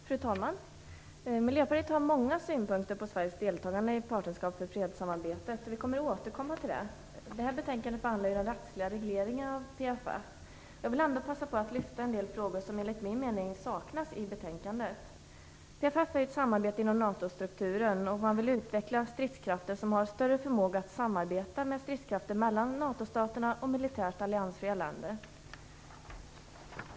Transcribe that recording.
Fru talman! Miljöpartiet har många synpunkter på Partnerskap för fred, och vi ämnar återkomma till detta. Det här betänkandet har tillkommit med anledning av rättsliga regleringar av PFF. Jag vill ändå passa på att ta upp en del frågor som enligt min mening saknas i betänkandet. PFF är ett samarbete inom NATO-strukturen, där man vill utveckla stridskrafter som har större förmåga att samarbeta med stridskrafter inom NATO-staterna och i militärt alliansfria länder.